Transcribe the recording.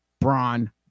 Braun